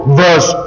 verse